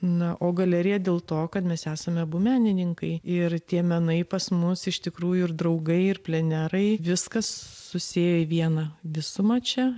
na o galerija dėl to kad mes esame abu menininkai ir tie menai pas mus iš tikrųjų ir draugai ir plenerai viskas susiliejo į vieną visuma čia